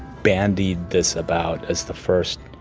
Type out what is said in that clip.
bandied this about as the first